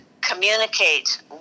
communicate